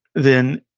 then,